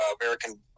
American